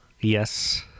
Yes